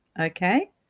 Okay